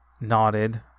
nodded